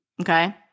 okay